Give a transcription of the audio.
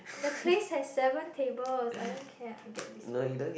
the place has seven tables I don't care I get this point